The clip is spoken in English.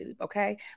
Okay